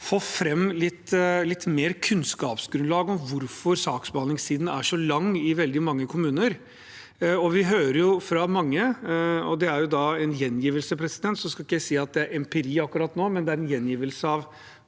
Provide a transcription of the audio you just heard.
få fram litt mer kunnskapsgrunnlag om hvorfor saksbehandlingstiden er så lang i veldig mange kommuner? Vi hører fra mange – dette er en gjengivelse, så jeg skal ikke si at det er empiri akkurat nå; det er en gjengivelse av